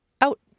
Out